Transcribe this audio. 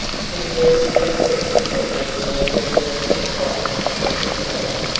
to the girl's chagrin it was the more reckless advice that he followed.